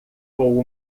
com